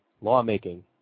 lawmaking